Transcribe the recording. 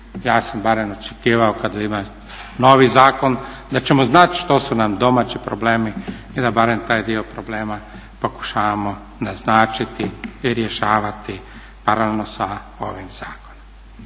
ja sam barem očekivao kada ide novi zakon da ćemo znati što su nam domaći problemi i da barem taj dio problema pokušavamo naznačiti i rješavati paralelno sa ovim zakonom.